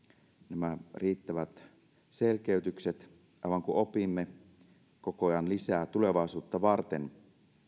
nämä riittävät selkeytykset aivan kuin opimme koko ajan lisää tulevaisuutta varten